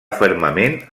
fermament